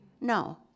No